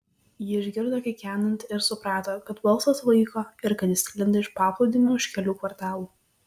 ji išgirdo kikenant ir suprato kad balsas vaiko ir kad jis sklinda iš paplūdimio už kelių kvartalų